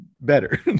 better